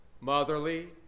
motherly